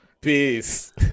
peace